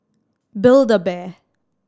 Build A Bear